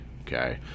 okay